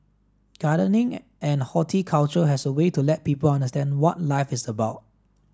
gardening and horticulture has a way to let people understand what life is about